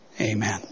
amen